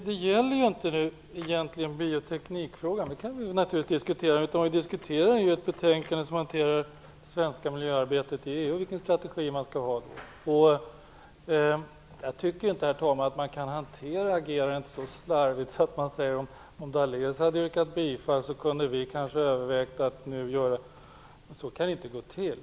Herr talman! Det här gäller egentligen inte bioteknikfrågan - även om vi naturligtvis kan diskutera den - utan vad vi diskuterar är ett betänkande som gäller det svenska miljöarbetet i EU och vilken strategi man skall ha. Jag tycker inte, herr talman, att man kan hantera agerandet så slarvigt att man säger, att om Daléus hade yrkat bifall till reservationen kunde man kanske ha övervägt att stödja den. Så kan det inte gå till.